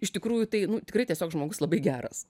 iš tikrųjų tai nu tikrai tiesiog žmogus labai geras